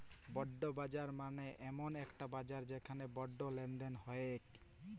bond বাজার মালে এমল একটি বাজার যেখালে বন্ড লেলদেল হ্য়েয়